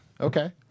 Okay